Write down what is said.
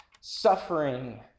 suffering